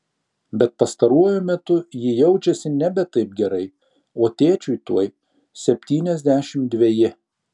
bet pastaruoju metu ji jaučiasi nebe taip gerai o tėčiui tuoj septyniasdešimt dveji